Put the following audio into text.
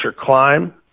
climb